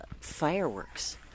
fireworks